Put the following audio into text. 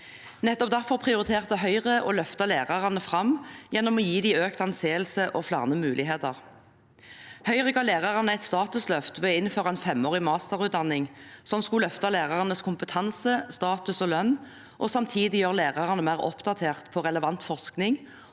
derfor prioriterte Høyre å løfte lærerne fram gjennom å gi dem økt anseelse og flere muligheter. Høyre ga lærerne et statusløft ved å innføre en femårig masterutdanning som skulle løfte lærernes kompetanse, status og lønn og samtidig gjøre lærerne mer oppdatert på relevant forskning